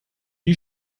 die